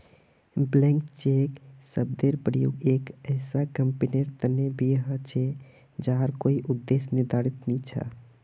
blank cheque शब्देर प्रयोग एक ऐसा कंपनीर तने भी ह छे जहार कोई उद्देश्य निर्धारित नी छ